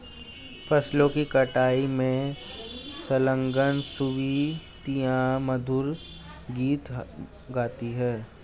फसलों की कटाई में संलग्न युवतियाँ मधुर गीत गाती हैं